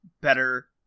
better